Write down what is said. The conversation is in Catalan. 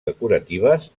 decoratives